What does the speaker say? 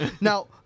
now